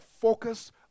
focus